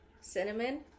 Cinnamon